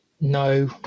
no